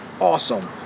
awesome